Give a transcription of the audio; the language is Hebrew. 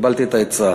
קיבלתי את העצה.